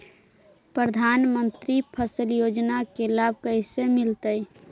प्रधानमंत्री फसल योजना के लाभ कैसे मिलतै?